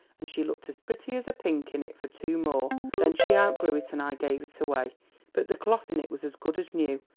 and she looked as pretty as a pink in it for two more then she outgrew it and i gave it away but the cloth in it was as good as new.